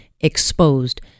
exposed